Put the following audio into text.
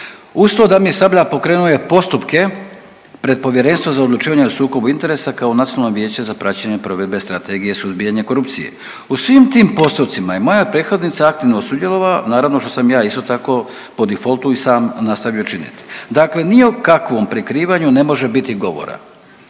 Uz to Damir Sabljak pokrenuo je postupke pred Povjerenstvom za odlučivanje o sukobu interesa kao Nacionalno vijeće za praćenje provedbe strategije suzbijanja korupcije. U svim tim postupcima je moja prethodnica aktivno sudjelovala, naravno što sam ja isto tako po difoltu i sam nastavio činiti, dakle ni o kakvom prikrivanju ne može biti govora.